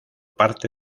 parte